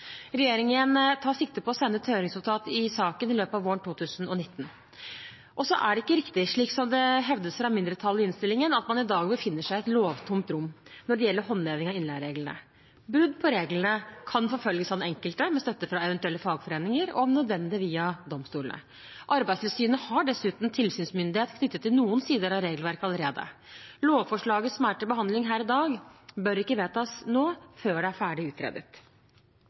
Regjeringen tar sikte på å sende ut et høringsnotat i saken i løpet av våren 2019. Så er det ikke riktig, slik som det hevdes fra mindretallet i innstillingen, at man i dag befinner seg i «et lovtomt rom» når det gjelder håndheving av innleiereglene. Brudd på reglene kan forfølges av den enkelte, med støtte fra eventuelle fagforeninger og om nødvendig via domstolene. Arbeidstilsynet har dessuten tilsynsmyndighet knyttet til noen sider av regelverket allerede. Lovforslaget som er til behandling her i dag, bør ikke vedtas nå, før det er ferdig utredet.